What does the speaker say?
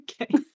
Okay